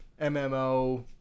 MMO